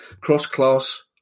Cross-class